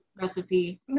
recipe